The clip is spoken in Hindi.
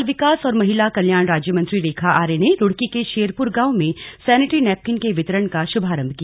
बाल विकास और महिला कल्याण राज्यमंत्री रेखा आर्य ने रुड़की के शेरपुर गांव मे सेनेट्री नैपकिन के वितरण का शुभारंभ किया